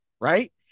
right